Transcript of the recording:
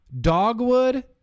Dogwood